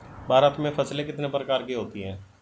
भारत में फसलें कितने प्रकार की होती हैं?